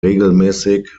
regelmäßig